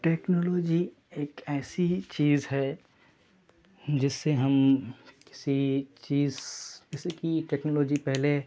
technology ایک ایسی چیز ہے جس سے ہم کسی چیز جیسے کہ ٹیکنالوجی پہلے